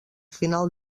final